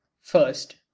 First